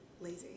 lazy